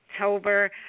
October